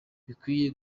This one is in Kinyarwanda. bikwiye